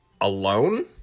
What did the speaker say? alone